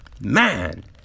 Man